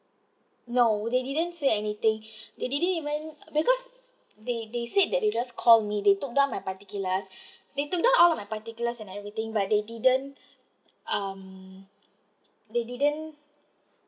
no they didn't say anything they didn't even because they they said that they will just call me they took down my particulars they took down all my particulars and everything but they didn't um they didn't